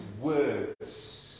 Words